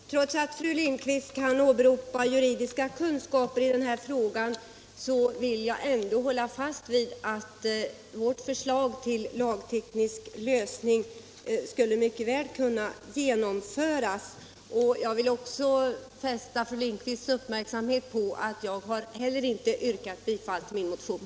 Herr talman! Trots att fru Lindquist kan åberopa juridisk sakkunskap i denna fråga, vill jag ändå hålla fast vid att vårt förslag till lagteknisk lösning mycket väl skulle kunna genomföras. Jag vill också fästa fru Lindquists uppmärksamhet på att jag inte har yrkat bifall till min motion.